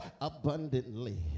abundantly